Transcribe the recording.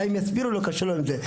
גם אם יסבירו לו, קשה לו עם זה.